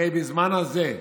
הרי בזמן הזה,